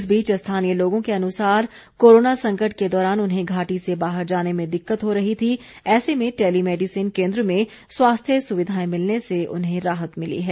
इस बीच स्थानीय लोगों के अनुसार कोरोना संकट के दौरान उन्हें घाटी से बाहर जाने में दिक्कत हो रही थी ऐसे में टेलीमैडिसन केन्द्र में स्वास्थ्य सुविधाएं मिलने से उन्हें राहत मिली है